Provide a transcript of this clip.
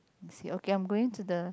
let's see okay I am going to the